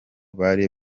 bari